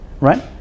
right